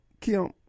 Kim